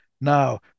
Now